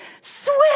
swim